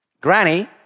granny